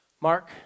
Mark